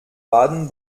baden